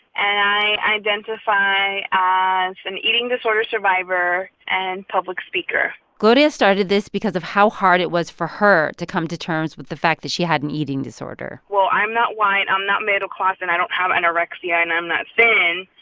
and i identify ah as an eating disorder survivor and public speaker gloria started this because of how hard it was for her to come to terms with the fact that she had an eating disorder well, i'm not white. i'm not middle-class. and i don't have anorexia, and i'm not thin.